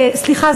סליחה,